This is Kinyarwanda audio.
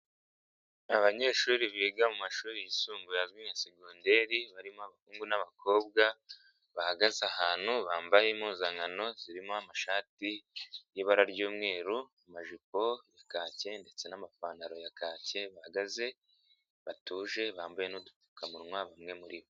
Abanyeshuri biga mu mashuri yisumbuye azwi nka secondary, barimo abahungu n'abakobwa, bahagaze ahantu bambaye impuzankano zirimo amashati y'ibara ry'umweru, amajipo ya kake, ndetse n'amapantaro ya kake ,bahagaze batuje bambaye n'udupfukamunwa bamwe muri bo.